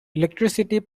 electricity